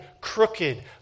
crooked